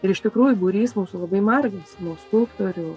ir iš tikrųjų būrys mūsų labai margas nuo skulptorių